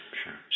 sure